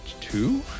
Two